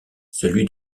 celui